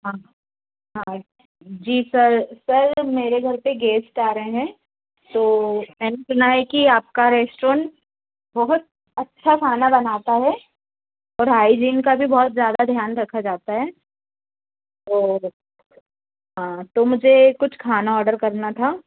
जी sir sir मेरे घर पर गेस्ट आ रहे हैं तो मैंने सुना है कि आपका रेस्टोरेंट बहुत अच्छा खाना बनाता है और हाइजीन का भी बहुत ज़्यादा ध्यान रखा जाता है तो मुझे कुछ खाना ऑर्डर करना था